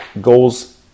goal's